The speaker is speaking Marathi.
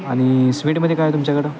आणि स्वीटमध्ये काय आहे तुमच्याकडं